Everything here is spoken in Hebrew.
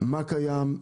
מה קיים,